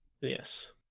yes